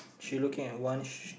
she looking one sh~